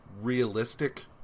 realistic